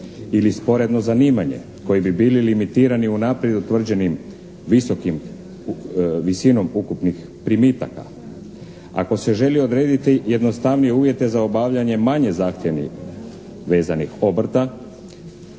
ili sporedno zanimanje koji bi bili limitirani unaprijed utvrđenim visinom ukupnih primitaka. Ako se želi odrediti jednostavnije uvjete za obavljanje manje zahtjevnih vezanih obrta,